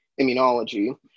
immunology